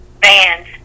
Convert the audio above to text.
vans